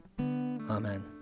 Amen